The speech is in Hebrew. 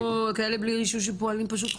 יש פה כאלה בלי רישוי שפועלים פשוט חודשים,